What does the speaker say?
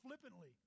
flippantly